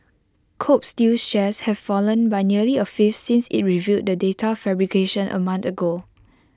Kobe steel's shares have fallen by nearly A fifth since IT revealed the data fabrication A month ago